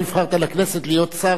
להיות שר בממשלות האלה.